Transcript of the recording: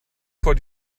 vor